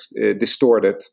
distorted